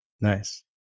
Nice